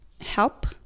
help